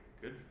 good